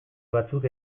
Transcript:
batzuk